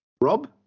Rob